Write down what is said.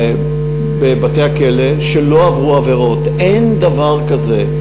אסירים שלא עברו עבירות, אין דבר כזה.